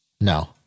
No